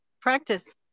Practice